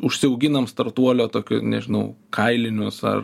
užsiauginam startuolio tokio nežinau kailinius ar